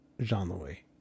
Jean-Louis